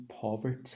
poverty